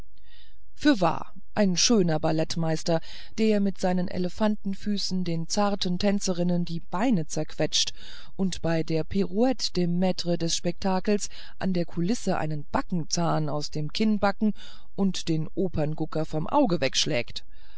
fürwahr ein schöner ballettmeister der mit seinen elefantenfüßen den zarten tänzerinnen die beine zerquetscht und bei der pirouette dem maitre des spektakels an der kulisse einen backzahn aus dem kinnbacken und den operngucker vom auge wegschlägt